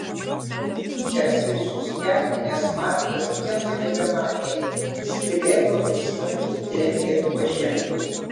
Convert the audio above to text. o įtūžęs ir susijaudinęs markas nieko nebematė jis pribėgo ir smarkiai trenkė buože